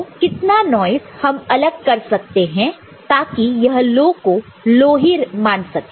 तो कितना नॉइस हम अलग कर सकते हैं ताकि यह लो को लो ही मान सके